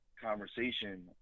conversation